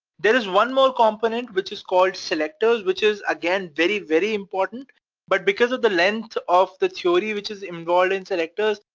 there is one more component which is called selectors which is, again, very, very important but because of the length of the theory which is involving selectors,